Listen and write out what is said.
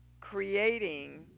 creating